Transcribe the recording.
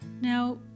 Now